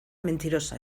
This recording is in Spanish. mentirosa